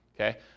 Okay